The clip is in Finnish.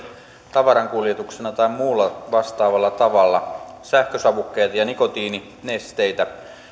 tavarankuljetuksena tai muulla vastaavalla tavalla sähkösavukkeita ja nikotiininesteitä